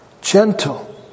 Gentle